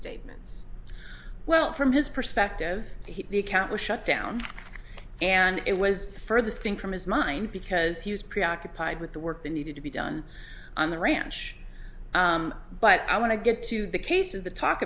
statements well from his perspective the account was shut down and it was the furthest thing from his mind because he was preoccupied with the work that needed to be done on the ranch but i want to get to the case of the talk